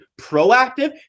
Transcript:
proactive